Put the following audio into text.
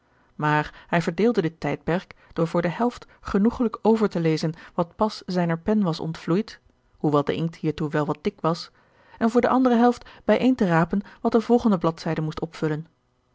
maar hij verdeelde dit tijdperk door voor de helft genoegelijk over te lezen wat pas zijner pen was ontvloeid hoewel de inkt hiertoe wel wat dik was en voor de andere helft bijeen te rapen wat de volgende bladzijde moest opvullen